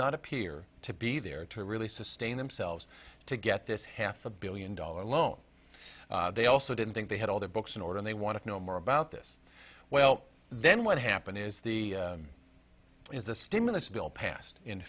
not appear to be there to really sustain themselves to get this half a billion dollar loan they also didn't think they had all their books in order they want to know more about this well then what happened is the is the stimulus bill passed in